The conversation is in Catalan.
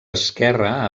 esquerra